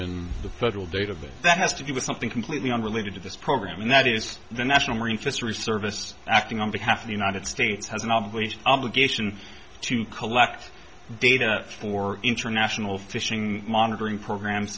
in the federal database that has to do with something completely unrelated to this program and that is the national marine fisheries service acting on behalf of the united states has an obligation to collect data for international fishing monitoring programs